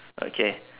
okay